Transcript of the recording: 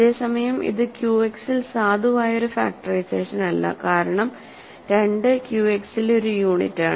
അതേസമയം ഇത് ക്യുഎക്സിൽ സാധുവായ ഒരു ഫാക്ടറൈസേഷൻ അല്ല കാരണം 2 ക്യു എക്സിലെ ഒരു യൂണിറ്റാണ്